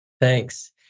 Thanks